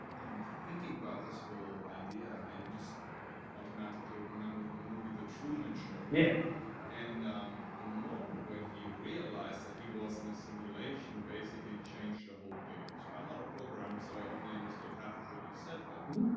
i'm thinking about this whole idea. i just automatically remember the movie the truman show. yeah and the moment when he realized that he was in a simulation basically changed the whole game. so i'm not a program so i only understood half of what you said but